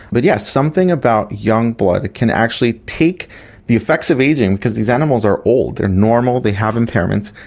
but yes, something about young blood can actually take the effects of ageing, because these animals are old, they are normal, they have impairments,